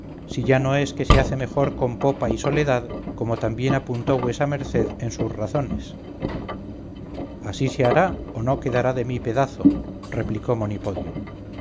si ya no es que se hace mejor con popa y soledad como también apuntó vuesa merced en sus razones así se hará o no quedará de mí pedazo replicó